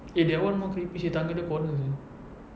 eh that one more creepy seh tangga dia corner seh